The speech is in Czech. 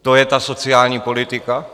To je ta sociální politika?